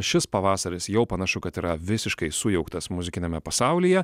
šis pavasaris jau panašu kad yra visiškai sujauktas muzikiniame pasaulyje